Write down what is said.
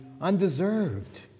undeserved